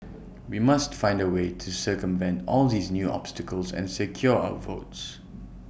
we must find A way to circumvent all these new obstacles and secure our votes